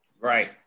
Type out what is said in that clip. Right